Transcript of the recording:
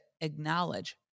acknowledge